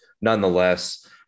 nonetheless